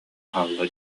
хаалла